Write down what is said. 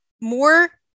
more